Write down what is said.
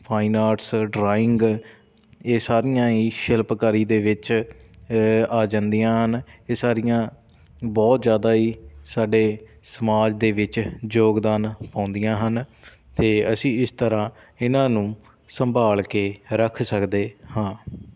fine arts drawing ਇਹ ਸਾਰੀਆਂ ਹੀ ਸ਼ਿਲਪਕਾਰੀ ਦੇ ਵਿੱਚ ਆ ਜਾਂਦੀਆਂ ਹਨ ਇਹ ਸਾਰੀਆਂ ਬਹੁਤ ਜ਼ਿਆਦਾ ਹੀ ਸਾਡੇ ਸਮਾਜ ਦੇ ਵਿੱਚ ਯੋਗਦਾਨ ਪਾਉਂਦੀਆਂ ਹਨ ਅਤੇ ਅਸੀਂ ਇਸ ਤਰ੍ਹਾਂ ਇਹਨਾਂ ਨੂੰ ਸੰਭਾਲ ਕੇ ਰੱਖ ਸਕਦੇ ਹਾਂ